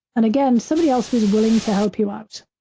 and again, somebody else who is willing to help you out.